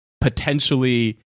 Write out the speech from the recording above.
potentially